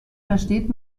versteht